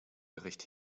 gericht